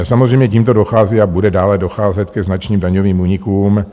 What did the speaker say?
Samozřejmě tímto dochází a bude dále docházet ke značným daňovým únikům.